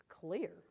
clear